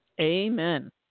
Amen